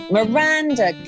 Miranda